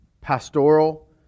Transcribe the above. pastoral